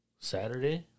saturday